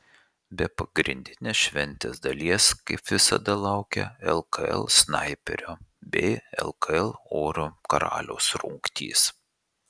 be pagrindinės šventės dalies kaip visada laukia lkl snaiperio bei lkl oro karaliaus rungtys